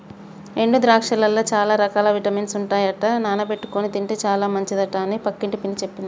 ఎండు ద్రాక్షలల్ల చాల రకాల విటమిన్స్ ఉంటాయట నానబెట్టుకొని తింటే చాల మంచిదట అని పక్కింటి పిన్ని చెప్పింది